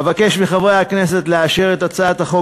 אבקש מחברי הכנסת לאשר את הצעת החוק